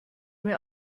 mir